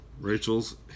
Rachel's